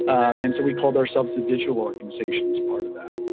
and so we called ourselves the digital organization as part of that.